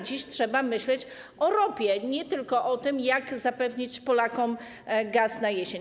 Dziś trzeba myśleć o ropie, nie tylko o tym, jak zapewnić Polakom gaz na jesień.